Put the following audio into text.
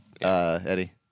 Eddie